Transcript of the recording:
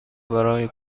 برای